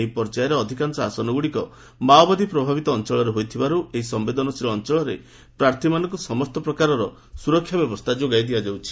ଏହି ପର୍ଯ୍ୟାୟର ଅଧିକାଂଶ ଆସନଗୁଡ଼ିକ ମାଓବାଦୀ ପ୍ରଭାବିତ ଅଞ୍ଚଳରେ ହୋଇଥିବାରୁ ଏହି ସମ୍ଘେଦନଶୀଳ ଅଞ୍ଚଳରେ ପ୍ରାର୍ଥୀମାନଙ୍କୁ ସମସ୍ତ ପ୍ରକାର ସୁରକ୍ଷା ବ୍ୟବସ୍ଥା ଯୋଗାଇ ଦିଆଯାଉଛି